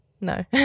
no